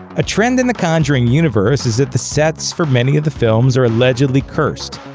a trend in the conjuring universe is that the sets for many of the films are allegedly cursed.